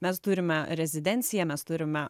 mes turime rezidenciją mes turime